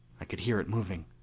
i could hear it moving.